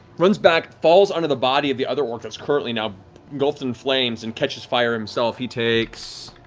runs back, falls onto the body of the other orc that's currently now engulfed in flames and catches fire himself. he takes